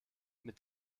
mit